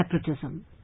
separatism